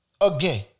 Again